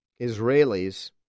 Israelis